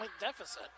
deficit